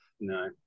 no